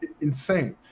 insane